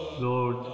Lord